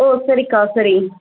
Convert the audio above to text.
ஓ சரிக்கா சரி